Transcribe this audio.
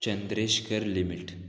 Chandreshkar limit